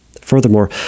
Furthermore